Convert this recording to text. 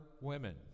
women